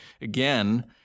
Again